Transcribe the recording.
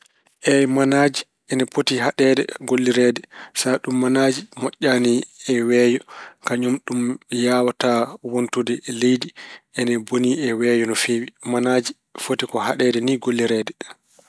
Eey, manaaji ina poti haɗeede gollireede sana ɗum manaaji moƴƴaani e weeyo. Kañum ɗum yaawataa wontude leydi. Ine boni e weeyo no feewi. Manaaji foti ko haɗeede ni gollireede.